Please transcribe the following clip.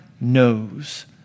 knows